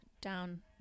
down